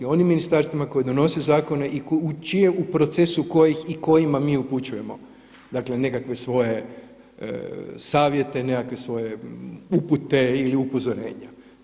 Onim ministarstvima koji donose zakone i čije u procesu kojih i kojima mi upućujemo nekakve svoje savjete, nekakve svoje upute ili upozorenja.